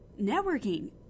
networking